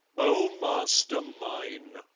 oh master mine,